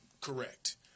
correct